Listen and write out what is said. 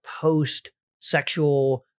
post-sexual